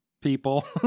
people